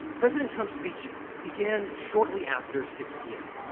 president trump's speech began shortly after six p m.